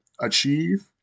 achieve